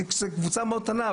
זאת קבוצה מאוד קטנה,